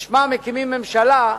בשמה מקימים ממשלה,